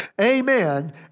Amen